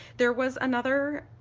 there was another,